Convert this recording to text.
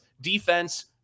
Defense